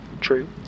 True